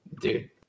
dude